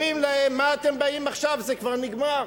אומרים להם, מה אתם באים עכשיו, זה כבר נגמר.